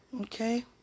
Okay